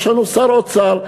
יש לנו שר אוצר,